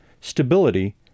stability